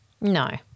no